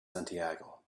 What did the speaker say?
santiago